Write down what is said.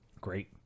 Great